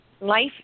Life